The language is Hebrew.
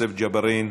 יוסף ג'בארין,